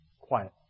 Quiet